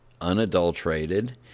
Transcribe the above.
unadulterated